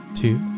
two